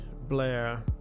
Blair